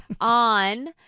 on